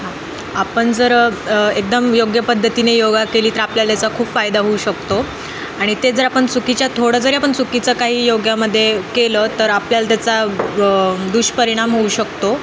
आपण जर एकदम योग्य पद्धतीने योगा केली तर आपल्याला त्याचा खूप फायदा होऊ शकतो आणि ते जर आपण चुकीच्या थोडं जरी आपण च चुकीचं काही योगामध्ये केलं तर आपल्याला त्याचा दुष्परिणाम होऊ शकतो